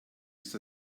ist